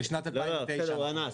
לא, לא, בסדר, הוא ענה.